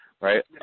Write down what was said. right